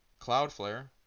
Cloudflare